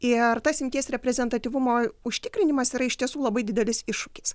ir tas imties reprezentatyvumo užtikrinimas yra iš tiesų labai didelis iššūkis